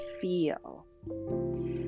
feel